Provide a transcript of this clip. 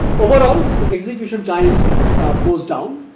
over all execution time goes down,